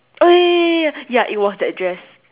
!oi! ya it was that dress